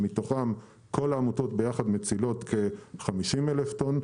שמתוכם כל העמותות ביחד מצילות כ-50,000 טון,